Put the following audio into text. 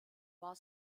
war